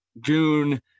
June